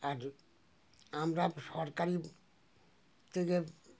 আর আমরা সরকারি থেকে